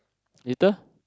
later